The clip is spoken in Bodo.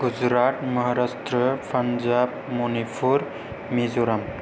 गुजरात महाराष्ट्र पान्जाब मणिपुर मिज'राम